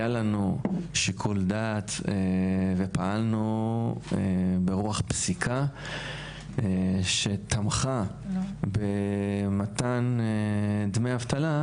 היה לנו שיקול דעת ופעלנו ברוח פסיקה שתמכה במתן דמי אבטלה,